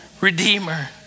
redeemer